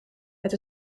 het